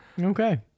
Okay